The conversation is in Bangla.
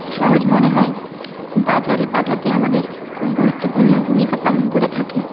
সহজ মনে হয় বাজারে পাঠাতে আমাদের খুব গুরুত্বপূর্ণ ভূমিকা পালন করে থাকে